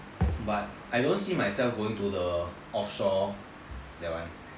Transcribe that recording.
but I don't see myself going to the offshore that one